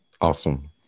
Awesome